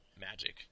magic